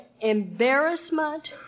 embarrassment